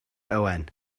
owen